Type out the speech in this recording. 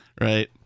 right